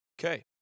Okay